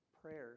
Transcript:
prayers